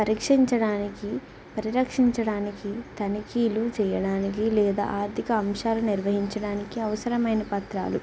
పరీక్షించడానికి పరిరక్షించడానికి తనిఖీలు చెయ్యడానికి లేదా ఆర్థిక అంశాలు నిర్వహించడానికి అవసరమైన పత్రాలు